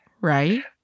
right